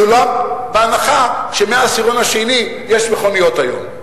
בהנחה שמהעשירון השני יש מכוניות היום.